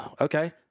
Okay